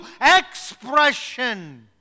expression